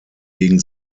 gegen